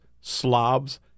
slobs